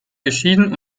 geschieden